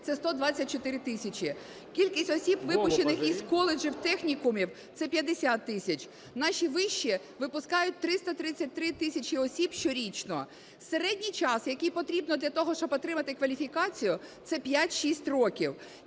це 124 тисячі. Кількість осіб, випущених із коледжів, технікумів – це 50 тисяч. Наші виші випускають 333 тисячі осіб щорічно. Середній час, який потрібно для того, щоб отримати кваліфікацію, це 5-6 років.